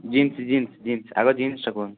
jeans jeans jeans ଆଗ jeans ଟା କୁହନ୍ତୁ